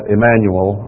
Emmanuel